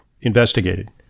investigated